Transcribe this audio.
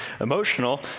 emotional